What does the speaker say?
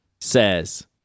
says